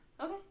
Okay